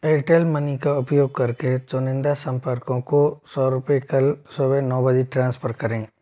Airtel money का उपयोग करके चुनिंदा संपर्कों को सौ रुपये कल सुबह नौ बजे ट्रांसफ़र करें